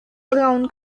braun